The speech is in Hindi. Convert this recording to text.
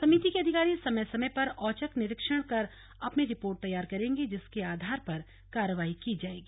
समिति के अधिकारी समय समय पर औचक निरीक्षण कर अपनी रिपोर्ट तैयार करेंगे जिसके आधार पर कार्रवाई की जाएगी